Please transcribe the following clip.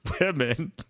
women